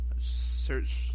search